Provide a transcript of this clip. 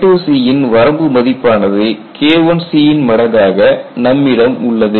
KIIC ன் வரம்பு மதிப்பானது KIC மடங்காக நம்மிடம் உள்ளது